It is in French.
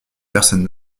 personne